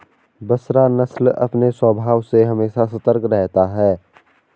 बसरा नस्ल अपने स्वभाव से हमेशा सतर्क रहता है